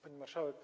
Pani Marszałek!